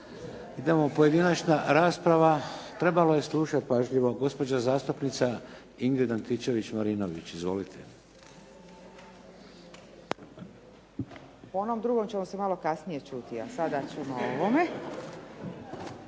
Idemo pojedinačna rasprava, trebalo je slušati pažljivo. Gospođa zastupnica Ingrid Antičević-Marinović. Izvolite. **Antičević Marinović, Ingrid (SDP)** O onom drugom ćemo se malo kasnije čuti a sada ćemo o ovome.